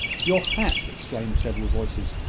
your hat! exclaimed several voices.